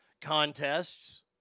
contests